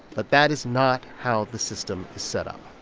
but that is not how the system is set up.